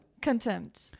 Contempt